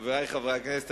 חברי חברי הכנסת,